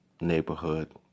neighborhood